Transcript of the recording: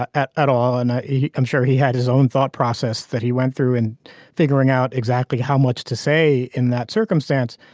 ah at at all and i'm sure he had his own thought process that he went through and figuring out exactly how much to say in that circumstance.